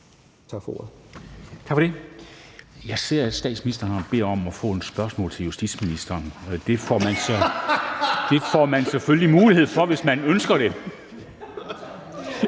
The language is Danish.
Tak for ordet.